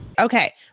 Okay